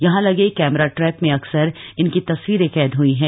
यहां लगे camera trap में अक्सर इनकी तस्वीरें कैद हई हैं